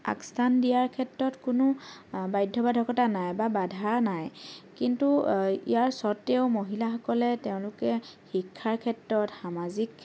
আগস্থান দিয়াৰ ক্ষেত্ৰত কোনো বাধ্যবাধকতা নাই বা বাধা নাই কিন্তু ইয়াৰ স্বত্বেও মহিলাসকলে তেওঁলোকে শিক্ষাৰ ক্ষেত্ৰত সামাজিক